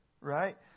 Right